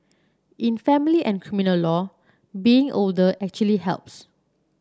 in family and criminal law being older actually helps